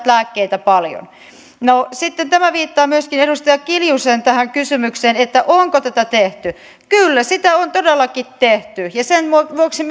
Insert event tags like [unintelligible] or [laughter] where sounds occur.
[unintelligible] lääkkeitä käyttäviä no sitten tämä viittaa myöskin tähän edustaja kiljusen kysymykseen onko tätä tehty kyllä sitä on todellakin tehty ja sen vuoksi [unintelligible]